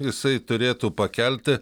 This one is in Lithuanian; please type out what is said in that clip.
jisai turėtų pakelti